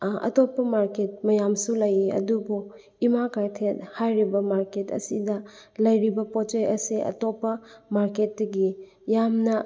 ꯑꯇꯣꯞꯄ ꯃꯥꯔꯀꯦꯠ ꯃꯌꯥꯝꯁꯨ ꯂꯩꯌꯦ ꯑꯗꯨꯕꯨ ꯏꯃꯥ ꯀꯩꯊꯦꯜ ꯍꯥꯏꯔꯤꯕ ꯃꯥꯔꯀꯦꯠ ꯑꯁꯤꯗ ꯂꯩꯔꯤꯕ ꯄꯣꯠ ꯆꯩ ꯑꯁꯦ ꯑꯇꯣꯞꯄ ꯃꯥꯔꯀꯦꯠꯇꯒꯤ ꯌꯥꯝꯅ